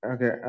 Okay